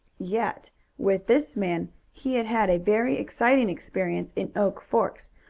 yet with this man he had had a very exciting experience in oak forks,